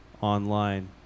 online